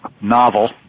novel